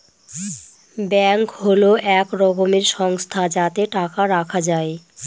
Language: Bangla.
ব্যাঙ্ক হল এক রকমের সংস্থা যাতে টাকা রাখা যায়